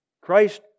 Christ